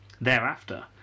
Thereafter